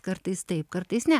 kartais taip kartais ne